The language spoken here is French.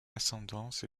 ascendance